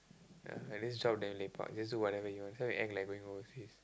ya and this job damn lepak just do whatever you want so we act like going overseas